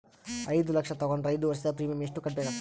ಐದು ಲಕ್ಷ ತಗೊಂಡರ ಐದು ವರ್ಷದ ಪ್ರೀಮಿಯಂ ಎಷ್ಟು ಕಟ್ಟಬೇಕಾಗತದ?